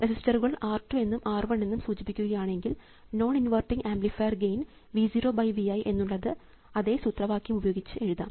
റെസിസ്റ്ററുകൾ R 2 എന്നും R 1 എന്നും സൂചിപ്പിക്കുകയാണ് എങ്കിൽ non inverting amplifier gain V 0 V i എന്നുള്ളത് അതെ സൂത്രവാക്യം ഉപയോഗിച്ച് എഴുതാം